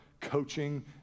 coaching